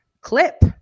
clip